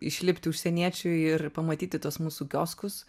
išlipti užsieniečiui ir pamatyti tuos mūsų kioskus